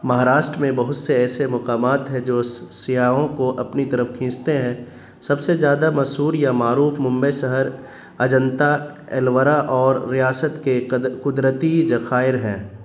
مہاراشٹرا میں بہت سے ایسے مقامات ہیں جو سیاحوں کو اپنی طرف کھینچتے ہیں سب سے زیادہ مشہور یا معروف ممبئی شہر اجنتا ایلورا اور ریاست کے قدرتی زخائر ہیں